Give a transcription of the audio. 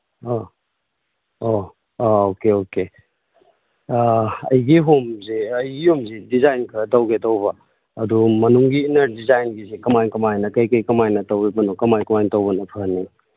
ꯑꯥ ꯑꯣ okay okay ꯑꯥ ꯑꯩꯒꯤ ꯍꯣꯝꯁꯤ ꯑꯩꯒꯤ ꯌꯨꯝꯁꯤ ꯗꯤꯖꯥꯏꯟ ꯈꯔ ꯇꯧꯒꯦ ꯇꯧꯕ ꯑꯗꯨ ꯃꯅꯨꯡꯒꯤ ꯏꯅꯔ ꯗꯤꯖꯥꯏꯟꯒꯤꯁꯤ ꯀꯃꯥꯏꯅ ꯀꯃꯥꯏꯅ ꯀꯔꯤ ꯀꯔꯤ ꯀꯃꯥꯏꯅ ꯇꯧꯔꯤꯕꯅꯣ ꯀꯃꯥꯏꯅ ꯀꯃꯥꯏꯅ ꯇꯧꯕꯅ ꯐꯅꯤ